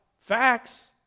Facts